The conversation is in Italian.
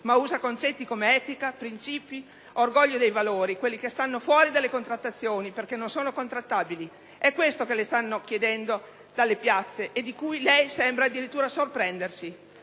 ma usa concetti come etica, principi, orgoglio dei valori, quelli che stanno fuori dalle contrattazioni, perché non sono contrattabili. È questo che le stanno chiedendo dalle piazze e di cui lei sembra addirittura sorprendersi.